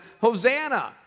Hosanna